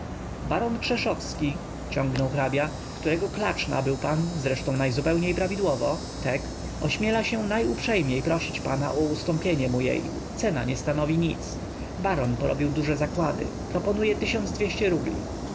baron krzeszowski ciągnął hrabia którego klacz nabył pan zresztą najzupełniej prawidłowo tek ośmiela się najuprzejmiej prosić pana o ustąpienie mu jej cena nie stanowi nic baron porobił duże zakłady proponuje tysiąc dwieście rubli